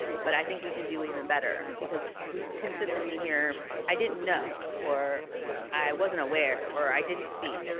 but i think we can do even better. because we consistently hear, i didn't know, or i wasn't aware, or i didn't see.